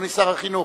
אדוני שר החינוך,